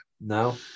No